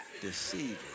deceiving